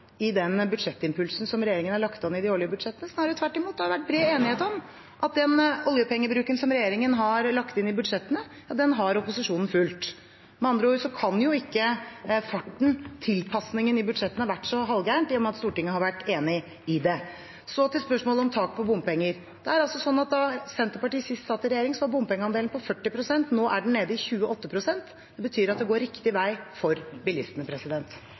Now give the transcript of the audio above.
i den budsjettimpulsen som regjeringen har lagt an i de årlige budsjettene – snarere tvert imot. Det har vært bred enighet om at den oljepengebruken som regjeringen har lagt inn i budsjettene, har opposisjonen fulgt. Med andre ord kan jo ikke farten, tilpasningene, i budsjettene ha vært så halvgal i og med at Stortinget har vært enig i det. Til spørsmålet om tak på bompenger: Da Senterpartiet sist satt i regjering, var bompengeandelen på 40 pst. Nå er den nede i 28 pst. Det betyr at det går riktig vei for bilistene.